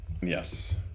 Yes